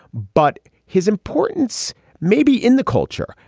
but his importance maybe in the culture.